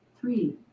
Three